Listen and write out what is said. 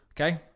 okay